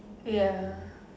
ya